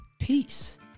peace